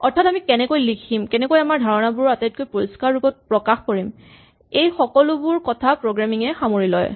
অৰ্থাৎ আমি কেনেকৈ লিখিম কেনেকৈ আমাৰ ধাৰণাবোৰ আটাইতকৈ পৰিস্কাৰ ৰূপত প্ৰকাশ কৰিম এই সকলোবোৰ কথা প্ৰগ্ৰেমিং এ সামৰি লয়